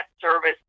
service